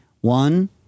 One